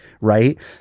right